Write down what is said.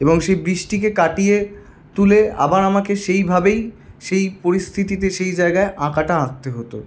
এবং সেই বৃষ্টিকে কাটিয়ে তুলে আবার আমাকে সেইভাবেই সেই পরিস্থিতিতে সেই জায়গায় আঁকাটা আঁকতে হতো